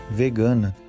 vegana